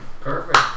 Perfect